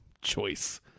Choice